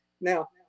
Now